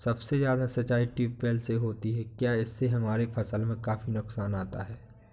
सबसे ज्यादा सिंचाई ट्यूबवेल से होती है क्या इससे हमारे फसल में काफी नुकसान आता है?